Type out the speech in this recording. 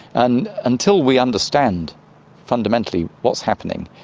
and until we understand fundamentally what's happening,